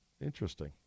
Interesting